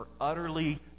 utterly